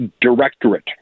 directorate